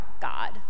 God